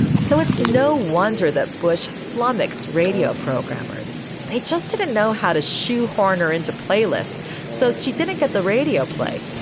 so it's no wonder that bush flummoxed radio programmers. they just didn't know how to shoehorn her into playlists so she didn't get the radio play